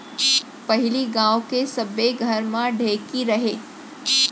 पहिली गांव के सब्बे घर म ढेंकी रहय